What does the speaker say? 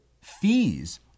fees